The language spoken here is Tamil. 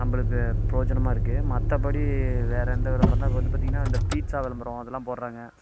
நம்மளுக்கு ப்ரோஜனமாக இருக்குது மற்றபடி வேறு எந்த விளம்பரம்னால் இப்போ வந்து பார்த்திங்கனா அந்த பீட்சா விளம்பரம் அதெலாம் போடுறாங்க